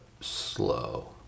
slow